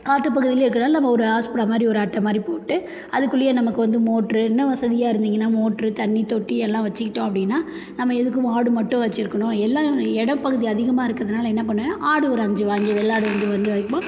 காட்டுப் பகுதிலேயே இருக்குறனால் நம்ம ஒரு ஆஸ்பரா மாதிரி ஒரு அட்டை மாதிரி போட்டு அதுக்குள்ளேயே நமக்கு வந்து மோட்டரு இன்னும் வசதியாக இருந்திங்கனால் மோட்டரு தண்ணித் தொட்டி எல்லாம் வச்சுக்கிட்டோம் அப்படினா நம்ம எதுக்கு மாடு மட்டும் வச்சுருக்கணும் எல்லாம் இட பகுதி அதிகமாக இருக்குறதுனால் என்ன பண்ணேன் ஆடு ஒரு அஞ்சு வாங்கி வெள்ளை ஆடு வந்து வந்து வாங்கிப்போம்